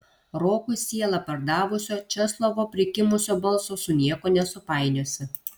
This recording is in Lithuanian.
rokui sielą pardavusio česlovo prikimusio balso su niekuo nesupainiosi